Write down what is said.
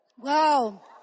Wow